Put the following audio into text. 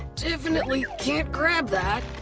definitely can't grab that.